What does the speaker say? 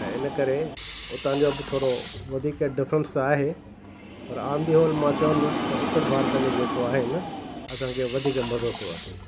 त इन करे उतां जा बि थोरो वधीक डिफ्रैंस त आहे पर आंधयोल मां चवंदुसि त उत्तर भारत में जेको आहे न असांखे वधीक मज़ो थो अचे